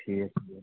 ٹھیٖک ٹھیٖک